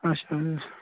اَچھا حظ